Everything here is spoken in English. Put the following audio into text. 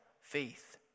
faith